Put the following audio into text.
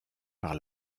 par